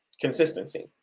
consistency